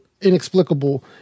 inexplicable